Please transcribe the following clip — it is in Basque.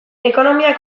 ekonomia